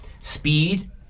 speed